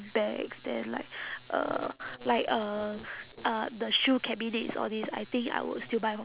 bags then like uh like uh uh the shoe cabinets all these I think I would still buy from